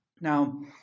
Now